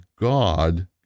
God